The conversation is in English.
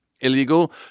illegal